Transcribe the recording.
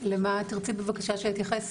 למה את רצית בבקשה שאתייחס?